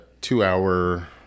two-hour